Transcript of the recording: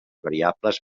variables